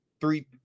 three